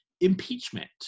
impeachment